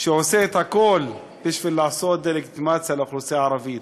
שעושה את הכול בשביל לעשות דה-לגיטימציה לאוכלוסייה הערבית.